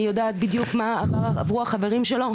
אני יודעת בדיוק מה עברו החברים שלו,